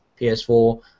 PS4